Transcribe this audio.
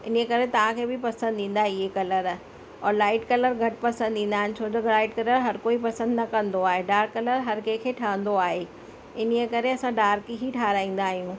इन ई करे तव्हां खे बि पसंदि ईंदे ईअं कलर और लाइट कलर घटि पसंदि ईंदा आहिनि छो जो लाइट कलर हर कोई पसंदि न कंदो आहे डार्क कलर हर कंहिंखे ठहंदो आहे इन ई करे असां डार्क ई ठहिराईंदा आहियूं